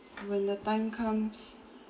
when the time comes